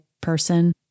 person